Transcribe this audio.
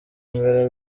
mbere